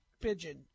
pigeon